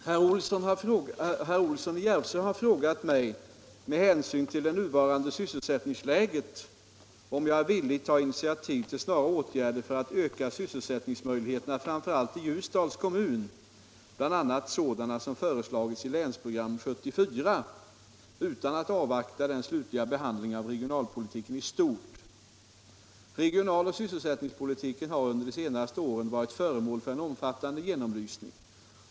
Herr talman! Herr Olsson i Järvsö har frågat mig - med hänsyn till det nuvarande sysselsättningsläget — om jag är villig ta initiativ till snara åtgärder för att öka sysselsättningsmöjligheterna framför allt i Ljusdals kommun — bl.a. sådana som föreslagits i Länsprogram 74 — utan att avvakta den slutliga behandlingen av regionalpolitiken i stort. Regionaloch sysselsättningspolitiken har under de senaste åren varit föremål för en omfattande genomlysning.